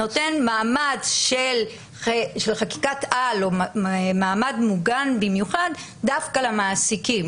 נותן מעמד של חקיקת-על או מעמד מוגן במיוחד דווקא למעסיקים